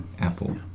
Apple